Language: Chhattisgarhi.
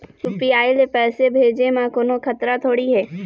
यू.पी.आई ले पैसे भेजे म कोन्हो खतरा थोड़ी हे?